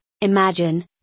Imagine